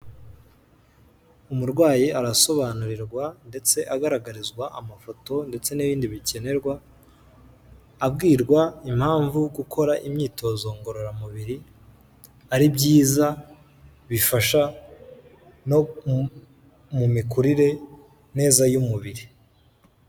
Umurwayi arasobanurirwa ndetse agaragarizwa amafoto ndetse n'ibindi bikenerwa, abwirwa impamvu gukora imyitozo ngororamubiri ari byiza bifasha no mu mikurire neza y'umubiri.